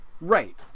right